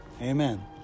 Amen